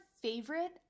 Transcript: favorite